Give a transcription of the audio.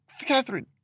Catherine